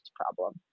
problem